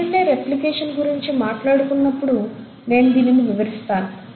DNA replication గురించి మాట్లాడుకున్నపుడు నేను దీనిని వివరిస్తాను